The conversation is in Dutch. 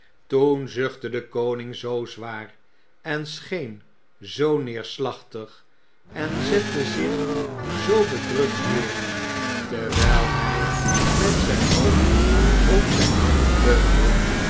toen zuchtte de koning zoo zwaar en scheen zoo neerslachtig en zette zich zoo bedrukt neer terwjjl hjj met zjjn hoofd op zjjn hand leunde